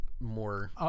more